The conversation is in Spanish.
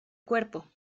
cuerpo